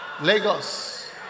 Lagos